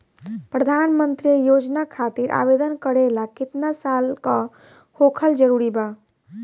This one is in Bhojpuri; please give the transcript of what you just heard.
प्रधानमंत्री योजना खातिर आवेदन करे ला केतना साल क होखल जरूरी बा?